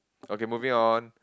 okay moving on